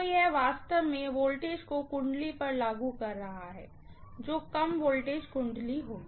तो यह वास्तव में वोल्टेज को वाइंडिंग पर लागू कर रहा है जो कम वोल्टेज वाइंडिंग होगी